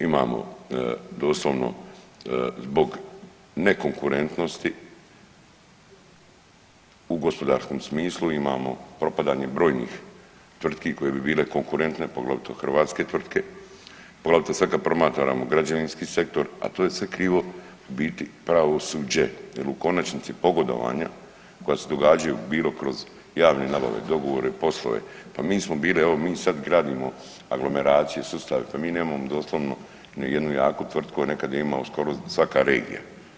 Imamo doslovno zbog nekonkurentnosti u gospodarskom smislu, imamo propadanje brojnih tvrtki koje bi bile konkurentne, poglavito hrvatske tvrtke, poglavito sad kad promatramo građevinski sektor, a to je sve krivo u biti pravosuđe jer u konačnici, pogodovanja koja se događaju bilo kroz javne nabave, dogovore, poslove, pa mi smo bili, evo, mi sad gradimo aglomeracije, sustave, pa mi nemamo doslovno ni jednu jaku tvrtku, a nekad je imao skoro svaka regija.